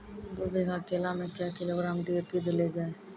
दू बीघा केला मैं क्या किलोग्राम डी.ए.पी देले जाय?